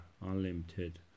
unlimited